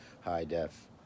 high-def